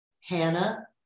Hannah